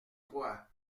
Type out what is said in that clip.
trois